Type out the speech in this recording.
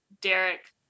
Derek